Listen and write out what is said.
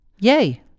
yay